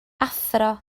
athro